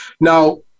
Now